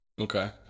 Okay